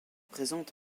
présente